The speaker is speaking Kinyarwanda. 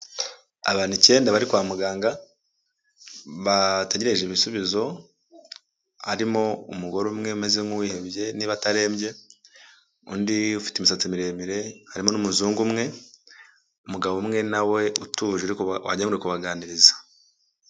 Abantu icyenda bari kwa muganga, bategereje ibisubizo, harimo umugore umwe ameze nk'uwihebye niba atarembye, undi ufite imisatsi miremire, harimo n'umuzungu umwe, umugabo umwe nawe utuje wagira ngo ari kubaganiriza.